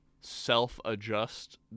self-adjust